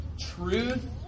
truth